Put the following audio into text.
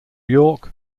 york